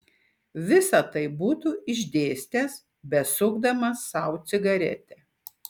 visa tai būtų išdėstęs besukdamas sau cigaretę